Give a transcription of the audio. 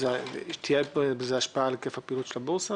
תהיה לזה השפעה על היקף הפעילות של הבורסה?